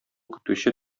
көтүче